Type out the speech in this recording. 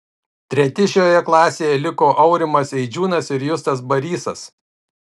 treti šioje klasėje liko aurimas eidžiūnas ir justas barysas